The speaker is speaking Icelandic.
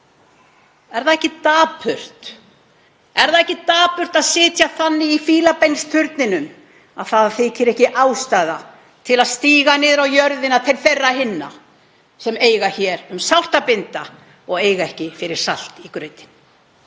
Er ekki dapurt að sitja þannig í fílabeinsturninum að ekki þyki ástæða til að stíga niður á jörðina til þeirra hinna sem eiga um sárt að binda og eiga ekki fyrir salti í grautinn?